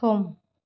सम